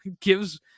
gives